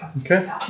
Okay